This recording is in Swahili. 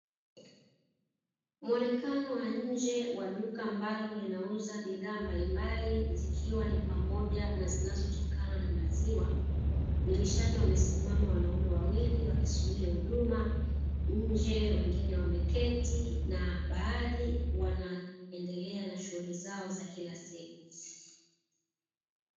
Muonekano wa nje wa duka ambalo linauza bidhaa mbalimbali; zikiwa ni pamoja na zinazotokana na maziwa, dirishani wamesimama wanaume wawili wakisubiri huduma, na nje wengine wameketi na baadhi wanaendelea na shughuli zao za kila siku.